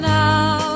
now